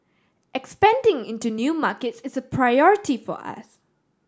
expanding into new markets is a priority for us